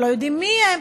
או לא יודעים מיהן,